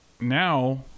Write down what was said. now